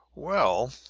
well,